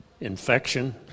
infection